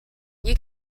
you